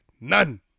none